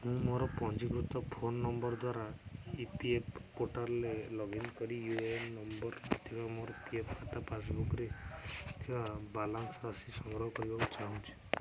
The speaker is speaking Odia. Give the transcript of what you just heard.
ମୁଁ ମୋର ପଞ୍ଜୀକୃତ ଫୋନ୍ ନମ୍ବର୍ ଦ୍ୱାରା ଇ ପି ଏଫ୍ ଓ ପୋର୍ଟାଲ୍ରେ ଲଗ୍ଇନ୍ କରି ୟୁ ଏ ଏନ୍ ନମ୍ବର୍ ଥିବା ମୋର ପି ଏଫ୍ ଖାତା ପାସ୍ବୁକ୍ରେ ଥିବା ବାଲାନ୍ସ୍ ରାଶି ସଂଗ୍ରହ କରିବାକୁ ଚାହୁଁଛି